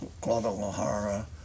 Guadalajara